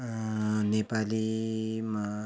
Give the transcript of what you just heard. नेपालीमा